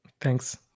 Thanks